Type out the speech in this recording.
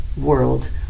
world